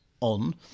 on